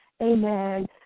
Amen